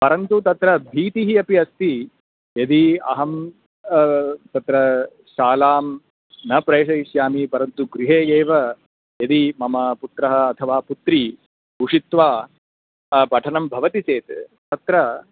परन्तु तत्र भीतिः अपि अस्ति यदि अहं तत्र शालां न प्रेषयिष्यामि परन्तु गृहे एव यदि मम पुत्रः अथवा पुत्रीम् उषित्वा पठनं भवति चेत् तत्र